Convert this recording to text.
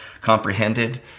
comprehended